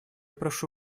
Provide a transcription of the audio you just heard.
прошу